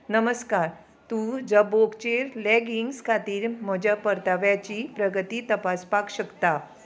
नमस्कार तूं जबोगचेर लेगिंग्स खातीर म्हज्या परतव्याची प्रगती तपासपाक शकता